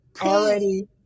Already